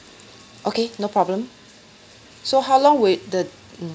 okay no problem so how long will the mm